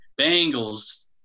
Bengals